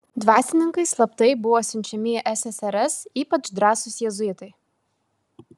dvasininkai slaptai buvo siunčiami į ssrs ypač drąsūs jėzuitai